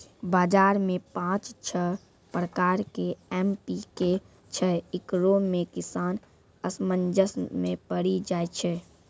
बाजार मे पाँच छह प्रकार के एम.पी.के छैय, इकरो मे किसान असमंजस मे पड़ी जाय छैय?